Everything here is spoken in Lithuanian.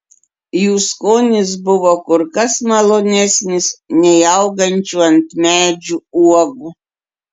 jų skonis buvo kur kas malonesnis nei augančių ant medžių uogų